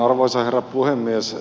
arvoisa herra puhemies